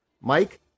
Mike